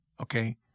Okay